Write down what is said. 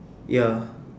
ya